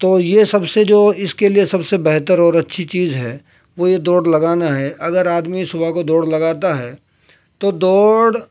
تو یہ سب سے جو اس کے لیے سب سے بہتر اور اچھی چیز ہے وہ یہ دوڑ لگانا ہے اگر آدمی صبح کو دوڑ لگاتا ہے تو دوڑ